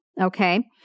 okay